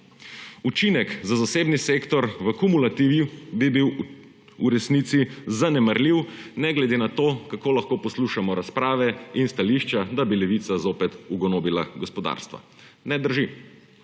Učinek za zasebni sektor v kumulativi bi bil v resnici zanemarljiv ne glede na to, kako lahko poslušamo razprave in stališča, da bi Levica zopet ugonobila gospodarstva. Ne drži.